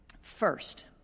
First